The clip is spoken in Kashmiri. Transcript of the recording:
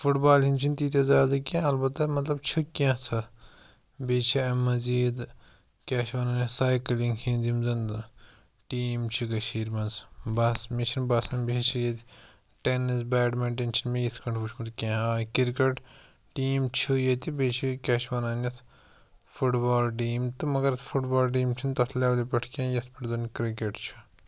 فُٹ بالہِ ہِنٛدۍ چھِنہٕ تیٖتیٛاہ زیادٕ کینٛہہ البتہ مطلب چھِ کینٛژھا بیٚیہِ چھِ اَمہِ مٔزیٖد کیٛاہ چھِ وَنان یَتھ سایکٕلِنٛگ ہِنٛدۍ یِم زَن ٹیٖم چھِ کٔشیٖرِ منٛز بَس مےٚ چھِنہٕ باسان بیٚیہِ چھِ ییٚتہِ ٹٮ۪نِس بیڈمِنٹَن چھِنہٕ مےٚ یِتھ کَنۍ وٕچھمُت کینٛہہ آ یہِ کِرکَٹ ٹیٖم چھِ ییٚتہِ بیٚیہِ چھِ کیٛاہ چھِ وَنان یَتھ فُٹ بال ٹیٖم تہٕ مَگَر فُٹ بالہِ ٹیٖمہِ چھِنہٕ تَتھ لٮ۪ولہِ پٮ۪ٹھ کینٛہہ یَتھ پٮ۪ٹھ زَنہٕ کِرٛکٮ۪ٹ چھِ